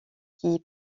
qui